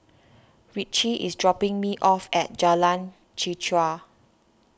Ritchie is dropping me off at Jalan Chichau